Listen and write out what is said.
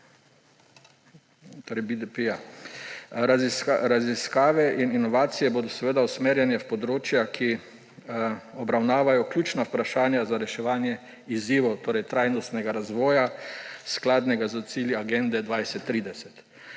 Raziskave in inovacije bodo seveda usmerjene v področja, ki obravnavajo ključna vprašanja za reševanje izzivov trajnostnega razvoja, skladnega s cilji agende 2030,